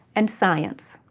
and science.